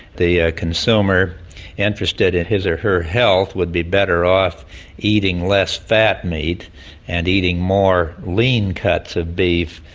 the ah consumer interested in his or her health would be better off eating less fat meat and eating more lean cuts of beef,